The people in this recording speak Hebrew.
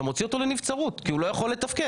אתה מוציא אותו לנבצרות כי הוא לא יכול לתפקד.